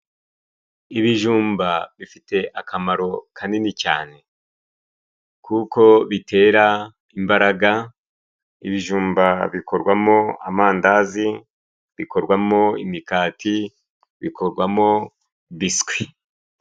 Ibijumba bifite akamaro kanini cyane kuko bitera imbaraga. Ibijumba bikorwamo amandazi, bikorwamo imikati, bikorwamo biswi.